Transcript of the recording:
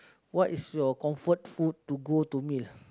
what is your comfort food to go to meal